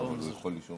אני יכול לשאול